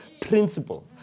principle